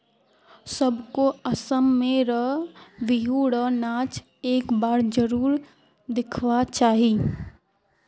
सबको असम में र बिहु र नाच एक बार जरुर दिखवा चाहि